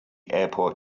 airport